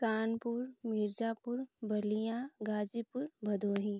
Kanpur Mirzapur Ballia Ghazipur Bhadohi